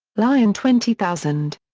lyon twenty thousand.